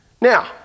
Now